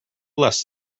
less